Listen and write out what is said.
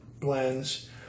blends